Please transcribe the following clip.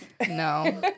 No